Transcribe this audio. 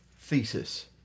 thesis